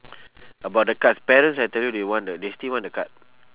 about the cards parents I tell you they want the they still want the card